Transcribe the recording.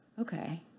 okay